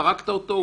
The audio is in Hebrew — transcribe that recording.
הרגת אותו?